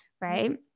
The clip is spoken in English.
Right